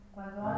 Cuando